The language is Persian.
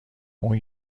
اون